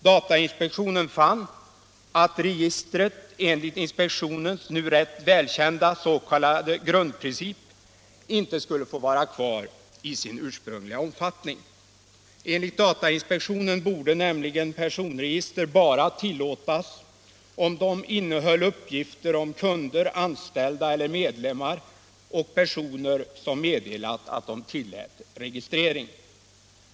Datainspektionen fann att registret enligt inspektionens nu rätt välkända s.k. grundprincip inte skulle få vara kvar i sin ursprungliga omfattning. Enligt datainspektionen borde nämligen personregister tillåtas bara om de innehöll uppgifter om kunder, anställda, medlemmar eller personer som meddelat att de tillät registrering.